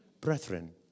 Brethren